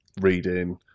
reading